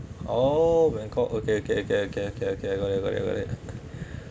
oh when called okay okay okay okay okay okay I got it got it